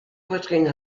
poitrines